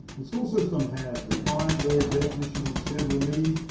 the school system has refined their debt issue with schedule me.